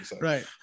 right